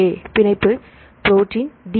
ஏபிணைப்பு protein D